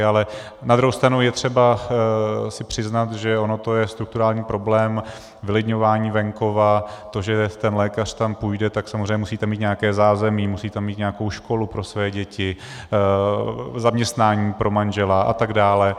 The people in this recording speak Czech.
Ale na druhou stranu je třeba si přiznat, že ono to je strukturální problém, vylidňování venkova, to, že ten lékař tam půjde, tak samozřejmě musíte mít nějaké zázemí, musí tam mít nějakou školu pro své děti, zaměstnání pro manžela a tak dále.